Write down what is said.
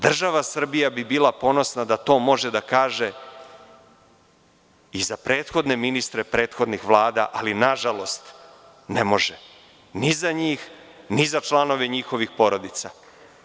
Država Srbija bi bila ponosna da to može da kaže i za prethodne ministre prethodnih Vlada, ali nažalost ne može, ni za njih, ni za članove njihovih porodica.